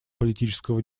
политического